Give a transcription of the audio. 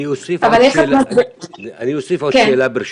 אני אוסיף עוד שאלה, ברשותך.